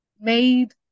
made